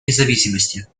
независимости